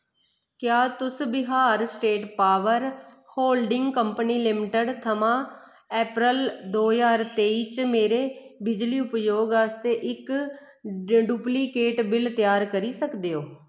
क्या तुस Bihar state power holding company limited थमां अप्रैल दो ज्हार तेई च मेरे बिजली उपयोग आस्तै इक डुप्लीकेट बिल त्यार करी सकदे ओ